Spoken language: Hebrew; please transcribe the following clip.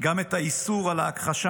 גם את האיסור על ההכחשה: